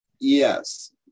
Yes